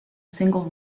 single